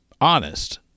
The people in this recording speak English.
honest